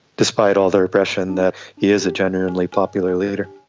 despite all their oppression, that he is a genuinely popular leader.